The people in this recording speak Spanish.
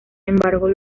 embargo